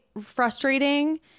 frustrating